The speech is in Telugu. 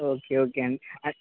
ఓకే ఓకే అండి